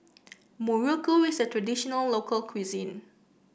muruku is a traditional local cuisine